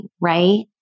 right